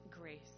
grace